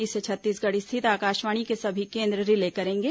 इसे छत्तीसगढ़ स्थित आकाशवाणी के सभी केंद्र रिले करेंगे